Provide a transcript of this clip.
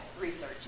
research